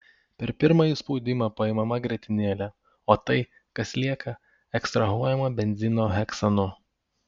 per pirmąjį spaudimą paimama grietinėlė o tai kas lieka ekstrahuojama benzino heksanu